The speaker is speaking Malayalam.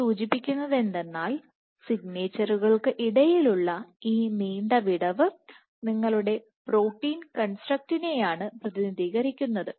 ഇത് സൂചിപ്പിക്കുന്നത് എന്തെന്നാൽ സിഗ്നേച്ചറുകൾക്ക് ഇടയിലുള്ള ഈ നീണ്ട വിടവ് നിങ്ങളുടെ പ്രോട്ടീൻ കൺസ്ട്രക്ഷനെയാണ് പ്രതിനിധീകരിക്കുന്നത്